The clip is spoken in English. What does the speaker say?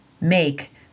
make